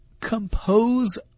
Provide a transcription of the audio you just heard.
compose